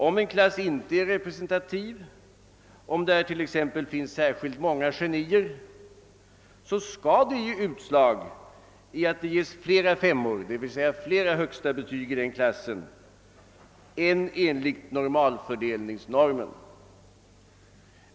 Om en klass inte är representativ — t.ex. om där finns speciellt många genier — skall detta få utslag däri att läraren ger flera femmor, alltså flera högsta betyg i den klassen, än enligt normalfördelningsnormen.